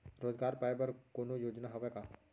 रोजगार पाए बर कोनो योजना हवय का?